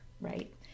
right